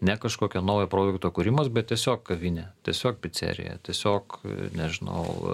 ne kažkokio naujo produkto kūrimas bet tiesiog kavinė tiesiog picerija tiesiog nežinau